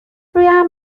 رویهم